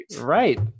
Right